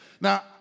Now